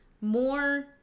more